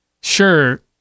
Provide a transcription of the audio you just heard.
sure